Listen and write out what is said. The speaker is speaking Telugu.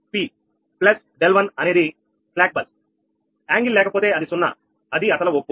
ప్లస్ 𝛿1 అనేది స్లాక్ బస్ లేకపోతే అది సున్నా అది అసలు ఒప్పు